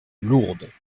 lourdes